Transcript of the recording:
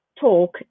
talk